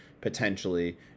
potentially